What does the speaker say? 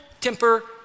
temper